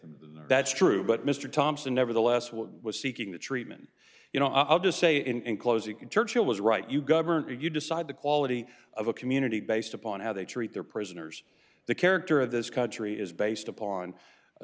the that's true but mr thompson nevertheless what was seeking the treatment you know i'll just say in closing churchill was right you governor you decide the quality of a community based upon how they treat their prisoners the character of this country is based upon a